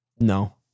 No